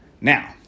Now